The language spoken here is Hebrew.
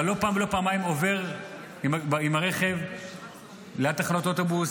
אתה לא פעם ולא פעמיים עובר עם הרכב ליד תחנות אוטובוס